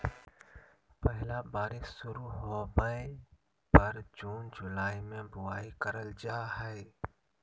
पहला बारिश शुरू होबय पर जून जुलाई में बुआई करल जाय हइ